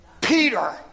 Peter